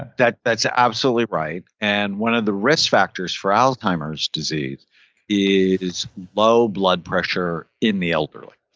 that's that's absolutely right. and one of the risk factors for alzheimer's disease is low blood pressure in the elderly.